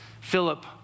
Philip